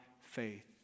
faith